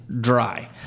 dry